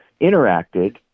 interacted